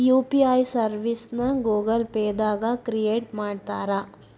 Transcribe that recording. UPI ಸರ್ವಿಸ್ನ Google pay ದಾಗ create ಮಾಡ್ತಾರಾ